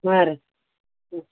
ಹಾಂ ರೀ ಹ್ಞೂ